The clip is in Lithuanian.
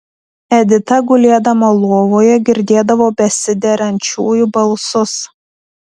edita gulėdama lovoje girdėdavo besiderančiųjų balsus